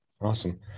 awesome